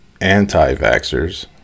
anti-vaxxers